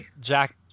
Jack